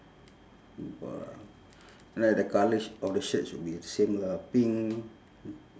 small ball ah then the colour sh~ of the shirt should be the same lah pink